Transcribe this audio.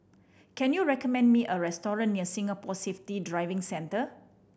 can you recommend me a restaurant near Singapore Safety Driving Centre